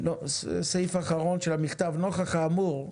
נוכח האמור,